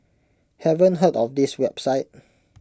haven't heard of this website